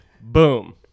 boom